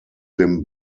dem